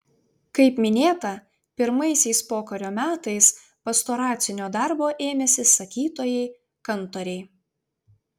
kaip minėta pirmaisiais pokario metais pastoracinio darbo ėmėsi sakytojai kantoriai